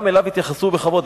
גם אליו התייחסו בכבוד,